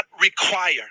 require